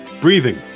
breathing